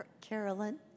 Carolyn